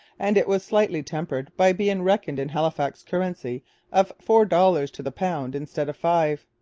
and it was slightly tempered by being reckoned in halifax currency of four dollars to the pound instead of five.